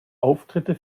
auftritte